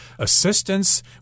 assistance